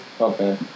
Okay